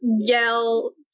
yell